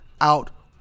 out